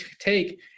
take